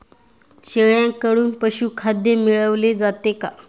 शेळ्यांकडून पशुखाद्य मिळवले जाते का?